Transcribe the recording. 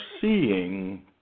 seeing